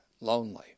lonely